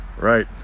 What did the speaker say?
Right